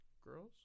girls